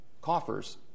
coffers